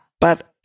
But-